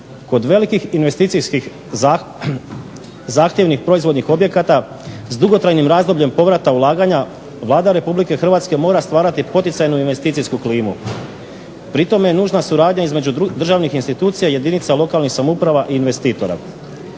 Kod velikih investicijskih zahtjevnih proizvodnih objekata s dugotrajnim razdobljem povrata ulaganja Vlada Republike Hrvatske mora stvarati poticajnu investicijsku klimu. Pri tome je nužna suradnja između državnih institucija i jedinica lokalnih samouprava i investitora.